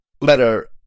letter